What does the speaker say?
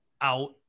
out